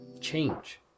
change